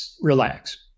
Relax